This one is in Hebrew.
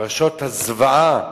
פרשות הזוועה